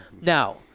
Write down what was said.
Now